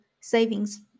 savings